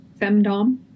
Femdom